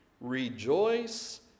Rejoice